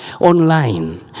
online